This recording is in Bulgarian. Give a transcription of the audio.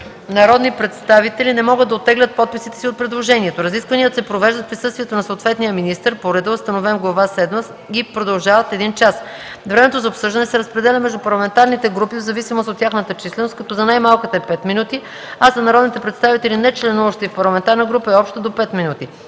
народни представители не могат да оттеглят подписите си от предложението. Разискванията се провеждат в присъствието на съответния министър по реда, установен в глава седма, и продължават един час. Времето за обсъждане се разпределя между парламентарните групи в зависимост от тяхната численост, като за най-малката е 5 минути, а за народните представители, нечленуващи в парламентарна група, е общо до 5 минути.